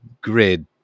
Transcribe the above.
grid